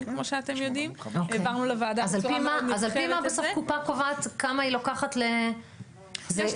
כמו שאתם יודעים העברנו לוועדה בצורה נרחבת את זה --- אוקי.